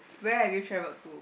where have you travelled to